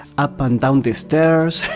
up and down the stairs